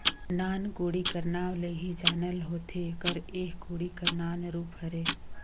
नान कोड़ी कर नाव ले ही जानल होथे कर एह कोड़ी कर नान रूप हरे